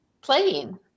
playing